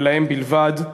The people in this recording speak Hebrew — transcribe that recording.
ולהם בלבד.